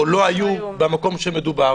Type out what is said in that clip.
או לא היו במקום שמדובר,